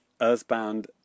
Earthbound